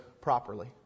properly